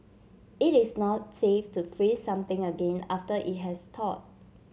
it is not safe to freeze something again after it has thawed